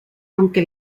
aunque